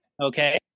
Okay